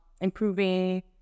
improving